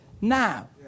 now